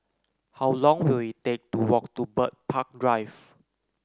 how long will it take to walk to Bird Park Drive